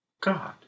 God